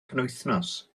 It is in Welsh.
penwythnos